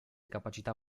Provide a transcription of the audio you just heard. capacità